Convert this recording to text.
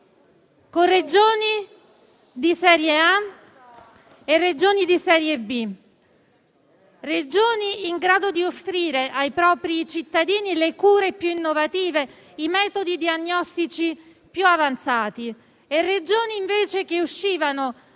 con Regioni di serie A e Regioni di serie B; Regioni in grado di offrire ai propri cittadini le cure più innovative e i metodi diagnostici più avanzati, e Regioni invece che uscivano